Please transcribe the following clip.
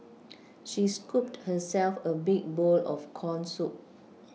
she scooped herself a big bowl of corn soup